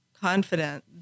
confident